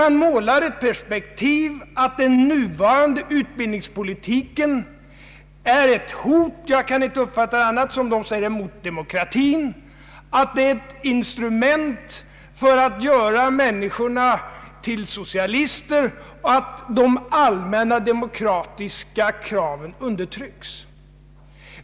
Man målar perspektivet att den nuvarande utbildningspolitiken är ett hot — jag kan inte uppfatta uttalandena på annat sätt — mot demokratin, att den är ett instrument för att göra människorna till socialister, att de allmänna demokratiska kraven undertrycks.